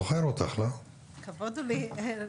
זה יוצר מובחנות בין אירועים שהם אר"ן,